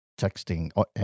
texting